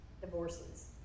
divorces